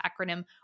acronym